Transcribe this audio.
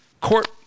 court